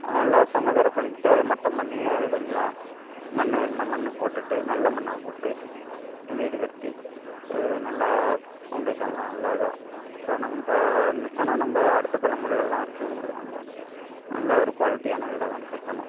நல்ல சமதரை பண்ணிட்டு அதை மட்டம் பண்ணி அதை கொஞ்சம் மண் வேணுன்னால் மண் போட்டுட்டு நல்ல மண்ணாக போட்டு வீடு கட்டி நல்லா பவுன்டேஷன்லாம் நல்லா இதாக இப்போ நம்ம இருக்கணும் நம்ம அடுத்த தலைமுறைகள்லாம் இருக்கணும்ங்குறதினால நல்ல ஒரு குவாலிட்டியான வீடாக தான் கட்டணும்